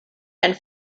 and